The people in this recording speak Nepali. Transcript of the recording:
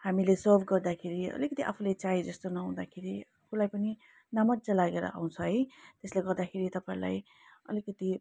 हामीले सर्भ गर्दाखेरि अलिकति आफूले चाहे जस्तो नहुँदाखेरि उसलाई पनि नमज्जा लागेर आउँछ है त्यसले गर्दाखेरि तपाईँलाई अलिकति